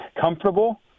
comfortable